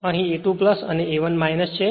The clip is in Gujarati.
અહીં A 2 અને A 1 છે